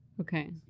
Okay